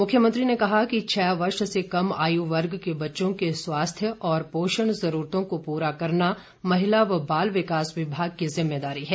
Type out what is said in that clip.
मुख्यमंत्री ने कहा कि छह वर्ष से कम आयु वर्ग के बच्चों के स्वास्थ्य और पोषण जरूरतों को पूरा करना महिला व बाल विकास विभाग की जिम्मेदारी है